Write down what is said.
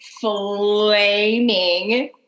flaming